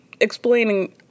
explaining